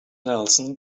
nelson